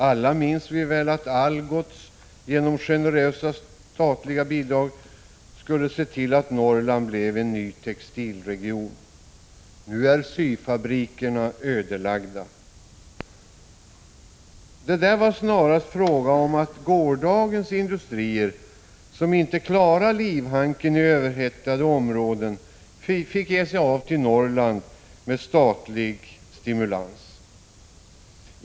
Alla minns vi väl att Algots genom generösa statliga bidrag skulle se till att 129 Norrland blev en ny textilregion. Nu är syfabrikerna ödelagda. Det var snarast fråga om att ”gårdagens industrier”, som inte klarade livhanken i överhettade områden, fick ge sig av till Norrland med statlig stimulans.